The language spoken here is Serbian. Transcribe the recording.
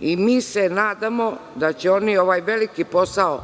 i mi se nadamo da će oni ovaj veliki posao